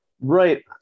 Right